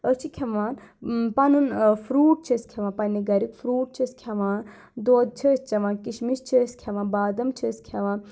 أسۍ چھِ کھیٚوان پَنُن فروٗٹ چھِ أسۍ کھیٚوان پنٛنہِ گَریُک فروٗٹ چھِ أسۍ کھیٚوان دۄد چھِ أسۍ چیٚوان کِشمِش چھِ أسۍ کھیٚوان بادَم چھِ أسۍ کھیٚوان